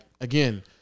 again